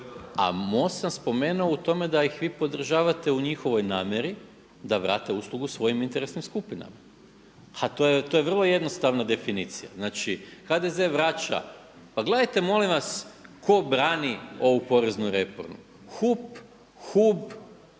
A MOST sam spomenuo u tome da ih vi podržavate u njihovoj namjeri da vrate uslugu svojim interesnim skupinama a to je vrlo jednostavna definicija. Znači HDZ vraća, pa gledajte molim vas tko brani ovu poreznu reformu, HUP, HUB,